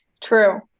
True